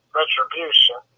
retribution